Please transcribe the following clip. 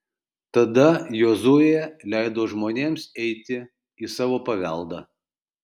tada jozuė leido žmonėms eiti į savo paveldą